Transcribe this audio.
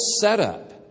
setup